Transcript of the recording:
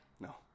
No